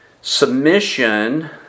Submission